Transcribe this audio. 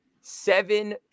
seven